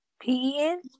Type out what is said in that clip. P-E-N